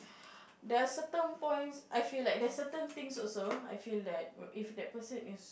there're certain points I feel like there are certain things also I feel that if that person is